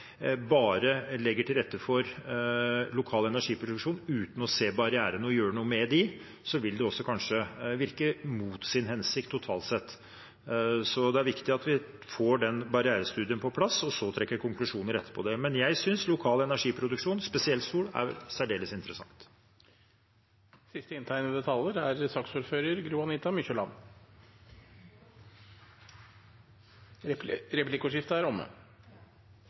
bare legger til rette for lokal energiproduksjon uten å se barrierene og gjøre noe med dem, vil det kanskje virke mot sin hensikt totalt sett. Det er viktig at vi får den barrierestudien på plass, og så trekker konklusjoner etter det. Men jeg synes lokal energiproduksjon, spesielt solenergi, er særdeles interessant. Sist inntegnede taler er Gro-Anita Mykjåland. Replikkordskiftet er omme.